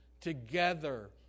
together